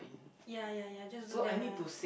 ya ya ya just do that lah